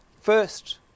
First